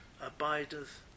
abideth